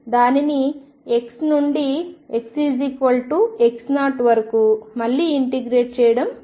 దానిని x నుండి xx0 వరకు మళ్లీ ఇంటిగ్రేట్ చేయడం ప్రారంభించండి